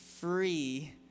free